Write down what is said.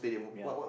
ya